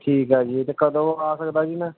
ਠੀਕ ਆ ਜੀ ਅਤੇ ਕਦੋਂ ਆ ਸਕਦਾ ਜੀ ਮੈਂ